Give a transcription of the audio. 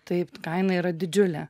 taip kaina yra didžiulė